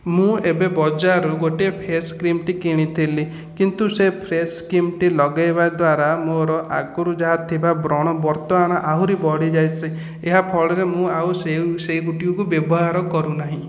ମୁଁ ଏବେ ବଜାରରୁ ଗୋଟିଏ ଫ୍ରେସ୍ କ୍ରିମ୍ଟି କିଣିଥିଲି କିନ୍ତୁ ସେ ଫ୍ରେସ୍ କ୍ରିମ୍ ଟି ଲଗେଇବା ଦ୍ୱାରା ମୋର ଆଗରୁ ଯାହା ଥିବା ବ୍ରଣ ବର୍ତ୍ତମାନ ଆହୁରି ବଢ଼ିଯାଇଛି ଏହାଫଳରେ ମୁଁ ଆଉ ସେ ସେ ଗୋଟିଏକୁ ବ୍ୟବହାର କରୁନାହିଁ